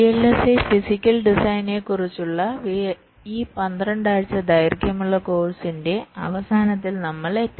VLSI physical ഡിസൈനിനെക്കുറിച്ചുള്ള ഈ 12 ആഴ്ച ദൈർഘ്യമുള്ള കോഴ്സിന്റെ അവസാനത്തിൽ നമ്മൾ എത്തി